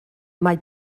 mae